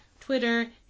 Twitter